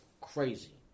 Crazy